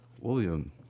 William